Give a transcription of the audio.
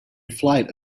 flight